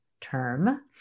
term